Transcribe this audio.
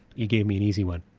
you gave me an easy one.